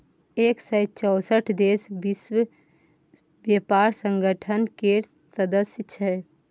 एक सय चौंसठ देश विश्व बेपार संगठन केर सदस्य छै